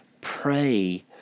pray